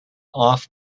off